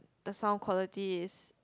the sound quality is